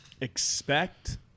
Expect